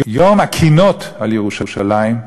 יום הקינות על ירושלים.